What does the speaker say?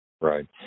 Right